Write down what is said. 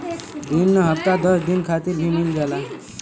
रिन हफ्ता दस दिन खातिर भी मिल जाला